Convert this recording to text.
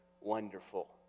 wonderful